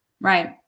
Right